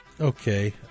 Okay